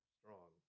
strong